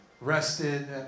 rested